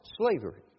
slavery